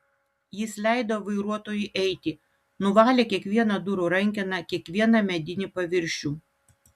jis leido vairuotojui eiti nuvalė kiekvieną durų rankeną kiekvieną medinį paviršių